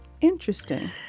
Interesting